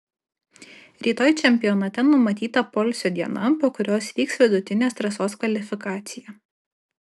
rytoj čempionate numatyta poilsio diena po kurios vyks vidutinės trasos kvalifikacija